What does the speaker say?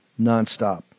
nonstop